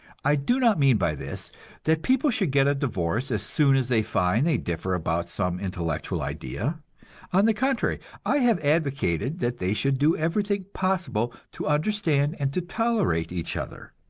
i do not mean by this that people should get a divorce as soon as they find they differ about some intellectual idea on the contrary, i have advocated that they should do everything possible to understand and to tolerate each other.